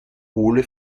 hohle